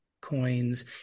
coins